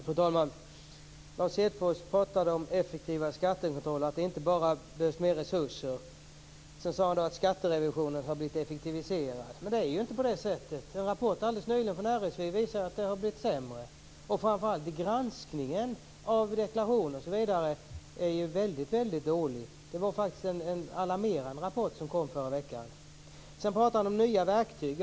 Fru talman! Lars Hedfors talade om effektiva skatter och att det inte bara behövs mer resurser. Vidare sade han att skatterevisionen har effektiviserats. Men det är ju inte på det sättet. En rapport som kom från RSV alldeles nyligen visar att det har blivit sämre. Framför allt granskningen av deklarationer är väldigt dålig. Det var faktiskt en alarmerande rapport som kom förra veckan. Sedan talade han om nya verktyg.